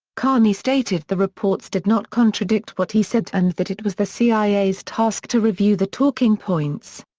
carney stated the reports did not contradict what he said and that it was the cia's task to review the talking points.